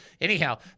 Anyhow